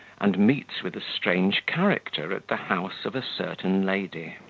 and meets with a strange character at the house of a certain lady.